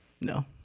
No